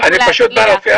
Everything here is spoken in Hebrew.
ולדבר בפנינו.